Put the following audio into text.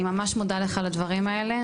אני ממש מודה לך על הדברים האלו,